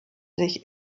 sich